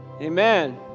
Amen